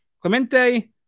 Clemente